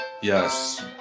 Yes